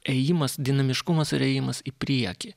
ėjimas dinamiškumas ir ėjimas į priekį